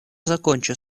закончу